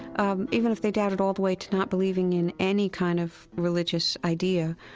um even if they doubted all the way to not believing in any kind of religious idea,